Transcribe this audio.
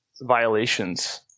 violations